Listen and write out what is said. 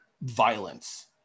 violence